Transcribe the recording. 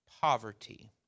poverty